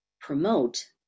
promote